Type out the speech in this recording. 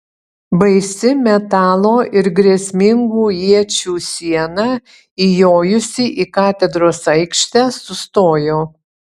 baisi metalo ir grėsmingų iečių siena įjojusi į katedros aikštę sustojo